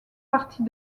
partie